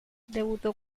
debutó